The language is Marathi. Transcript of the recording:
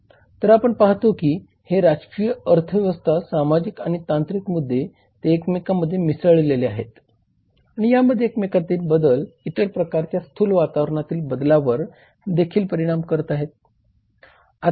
तर आपण पाहतो की हे राजकीय अर्थव्यवस्था सामाजिक आणि तांत्रिक मुद्दे ते एकमेकांमध्ये मिसळले आहेत आणि यापैकी एकामधील बदल इतर प्रकारच्या स्थूल वातावरणातील बदलांवर देखील परिणाम करतात